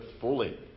fully